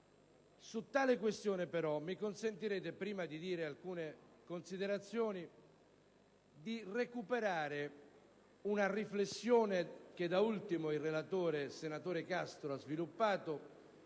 Su tale questione, però, mi consentirete, prima di fare le mie considerazioni, di recuperare una riflessione che il relatore, il senatore Castro, ha da ultimo